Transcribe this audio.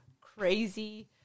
crazy